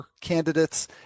candidates